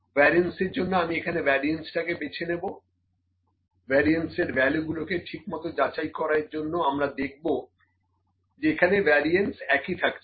variance এর জন্য আমি এখানে ভ্যারিয়েন্স টাকে বেছে নেবো ভ্যারিয়েন্স এর ভ্যালু গুলোকে ঠিক মতো যাচাই করার জন্য আমরা দেখবো যে এখানে ভ্যারিয়েন্স একই থাকছে